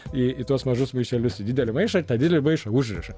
į tuos mažus maišelius į didelį maišąir didelį maišą užrišą